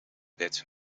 bed